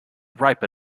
ripe